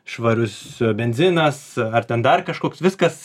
švarus benzinas ar ten dar kažkoks viskas